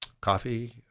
coffee